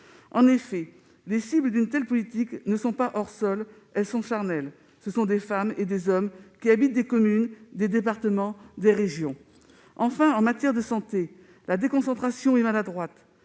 En effet, les cibles d'une telle politique ne sont pas hors sol. Elles sont charnelles : ce sont des femmes et des hommes qui habitent des communes, des départements, des régions. En matière de santé, la déconcentration est maladroite.